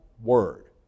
word